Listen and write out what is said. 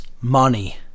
money